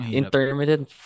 intermittent